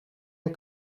een